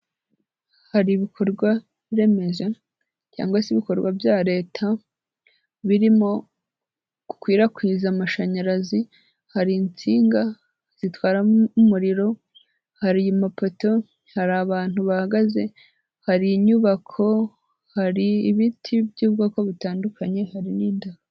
Hari ibikorwa remezo cyangwa se ibikorwa bya leta birimo gukwirakwiza amashanyarazi, hari insinga zitwara umuriro hari amapoto, hari abantu bahagaze, hari inyubako, hari ibiti by'ubwoko butandukanye, hari n'indabo.